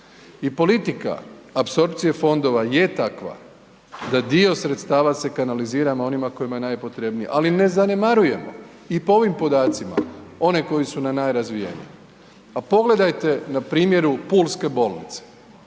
I politika apsorpcije fondova je takva da dio sredstva se kanalizira onima kojima je najpotrebnija ali ne zanemarujemo i po ovim podacima one koje su .../Govornik se ne razumije./... Pa pogledajte na primjer pulske bolnice,